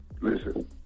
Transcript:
Listen